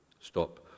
Stop